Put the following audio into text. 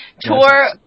tour